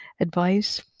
advice